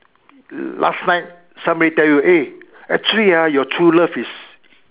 last night somebody tell you eh actually ah your true love is